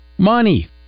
money